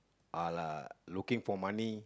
!alah! looking for money